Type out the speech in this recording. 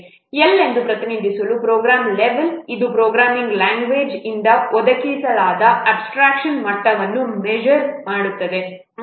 L ಎಂದು ಪ್ರತಿನಿಧಿಸುವ program level ಇದು ಪ್ರೋಗ್ರಾಮಿಂಗ್ ಲ್ಯಾಂಗ್ವೇಜ್ ಇಂದ ಒದಗಿಸಲಾದ ಅಬ್ಸ್ಟ್ರಾಕ್ಷನ್ ಮಟ್ಟವನ್ನು ಮೇಜರ್ ಮಾಡುತ್ತದೆ